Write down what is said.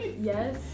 yes